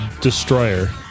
Destroyer